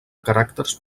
caràcters